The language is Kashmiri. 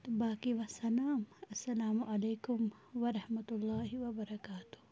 تہٕ باقی وَسلام السلام علیکُم وَرحمتُہ اللہ وَبرکاتہوٗ